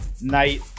Night